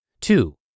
Two